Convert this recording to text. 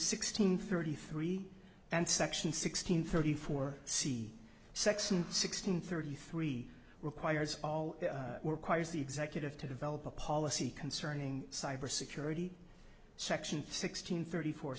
sixteen thirty three and section sixteen thirty four c section sixteen thirty three requires all quires the executive to develop a policy concerning cybersecurity section six hundred thirty four